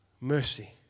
Mercy